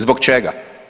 Zbog čega?